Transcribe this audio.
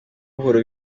buhoro